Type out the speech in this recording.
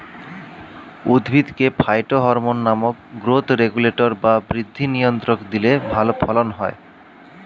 উদ্ভিদকে ফাইটোহরমোন নামক growth regulator বা বৃদ্ধি নিয়ন্ত্রক দিলে ভালো ফলন হয়